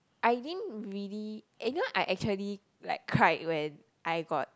I didn't really and you know I actually like cried when I got